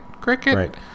cricket